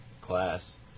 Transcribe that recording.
class